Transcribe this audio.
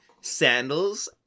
sandals